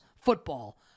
Football